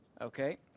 Okay